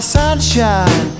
sunshine